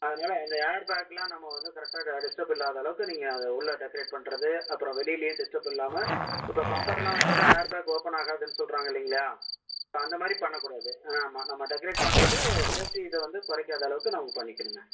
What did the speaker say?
அதனால் இந்த ஏர் பேக்லாம் நம்ம வந்து கரெட்டாக இதை டிஸ்டர்பில்லாதளவுக்கு நீங்கள் அதை உள்ள டெக்கரேட் பண்றது அப்புறம் வெளியிலயும் டிஸ்டர்ப் இல்லாமல் இப்போ பம்பர்லாம் வச்சுட்டா ஏர்பேக் ஓப்பன் ஆகாதுன்னு சொல்றாங்க இல்லைங்களயா அப்போ அந்த மாதிரி பண்ணக்கூடாது ஆமாம் நம்ப டெக்கரேட் பண்றது சேஃப்டி இத வந்து குறைக்காதளவுக்கு நமக்கு பண்ணிக்கனுங்க